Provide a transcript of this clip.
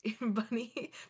bunny